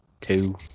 Two